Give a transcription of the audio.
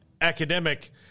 academic